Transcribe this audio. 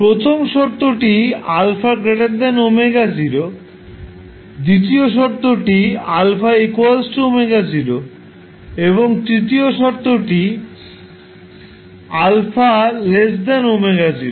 প্রথম শর্তটি α ω0 দ্বিতীয়টি α ω0 এবং তৃতীয়টি α ω0